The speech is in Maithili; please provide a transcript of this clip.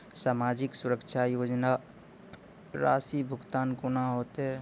समाजिक सुरक्षा योजना राशिक भुगतान कूना हेतै?